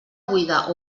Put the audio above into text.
buida